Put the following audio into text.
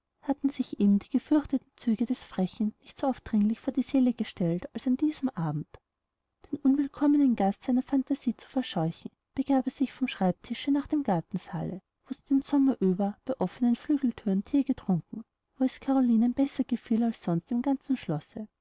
hatten sich ihm die gefürchteten züge des frechen nicht so aufdringlich vor die seele gestellt als an diesem abend den unwillkommenen gast seiner phantasie zu verscheuchen begab er sich vom schreibetische nach dem gartensaale wo sie den sommer über bei offnen flügelthüren thee getrunken wo es carolinen besser gefiel als sonst im ganzen schlosse